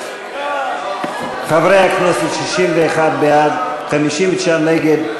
חברי הכנסת, 61 בעד, 59 נגד.